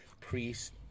priests